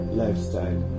lifestyle